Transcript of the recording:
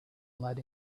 lead